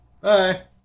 Bye